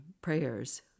prayers